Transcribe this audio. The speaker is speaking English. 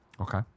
Okay